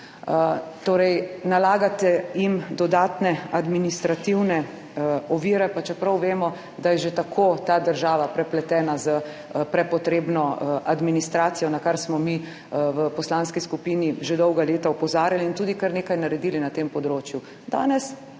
torej nalagate jim dodatne administrativne ovire, pa čeprav vemo, da je že tako ta država prepletena s prenepotrebno administracijo, na kar smo mi v poslanski skupini že dolga leta opozarjali in tudi kar nekaj naredili na tem področju,